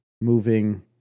moving